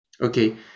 Okay